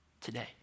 today